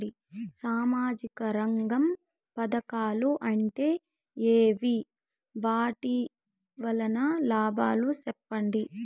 సామాజిక రంగం పథకాలు అంటే ఏమి? వాటి వలన లాభాలు సెప్పండి?